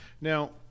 Now